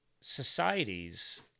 societies